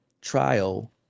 trial